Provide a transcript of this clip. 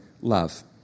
love